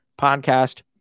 Podcast